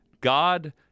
God